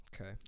Okay